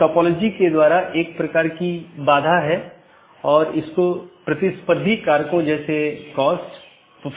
BGP version 4 में बड़ा सुधार है कि यह CIDR और मार्ग एकत्रीकरण को सपोर्ट करता है